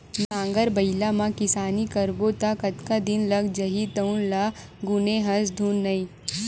नांगर बइला म किसानी करबो त कतका दिन लाग जही तउनो ल गुने हस धुन नइ